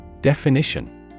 Definition